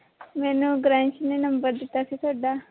ਮੈਨੂੰ ਗਰੰਸ਼ ਨੇ ਨੰਬਰ ਦਿੱਤਾ ਸੀ ਤੁਹਾਡਾ